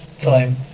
time